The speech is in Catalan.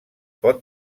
pot